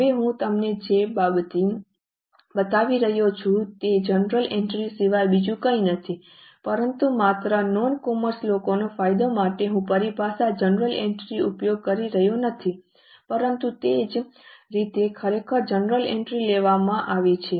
હવે હું તમને જે બતાવી રહ્યો છું તે જર્નલ એન્ટ્રીઓ સિવાય બીજું કંઈ નથી પરંતુ માત્ર નોન કોમર્સ લોકોના ફાયદા માટે હું પરિભાષા જર્નલ એન્ટ્રીનો ઉપયોગ કરી રહ્યો નથી પરંતુ તે જ રીતે ખરેખર જર્નલ એન્ટ્રીઓ લેવામાં આવી છે